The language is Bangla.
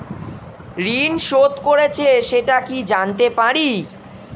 ঋণ শোধ করেছে সেটা কি জানতে পারি?